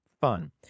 Fun